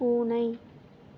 பூனை